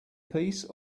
piece